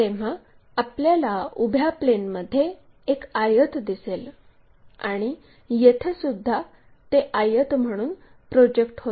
तेव्हा आपल्याला उभ्या प्लेनमध्ये एक आयत दिसेल आणि येथेसुद्धा ते आयत म्हणून प्रोजेक्ट होते